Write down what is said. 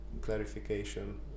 clarification